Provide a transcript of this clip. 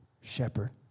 shepherd